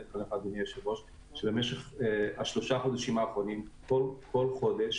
במשך שלושת החודשים האחרונים כל חודש